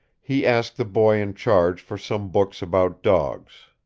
he asked the boy in charge for some books about dogs.